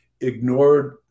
ignored